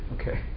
Okay